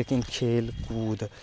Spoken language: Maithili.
लेकिन खेलकूद